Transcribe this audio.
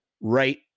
right